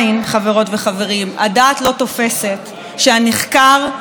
הדעת לא תופסת שהנחקר ימנה את חוקריו.